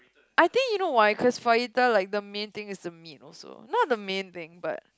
I think you know why cause Fajita like the main thing is the meat also not the main thing but